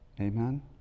Amen